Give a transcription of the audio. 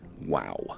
wow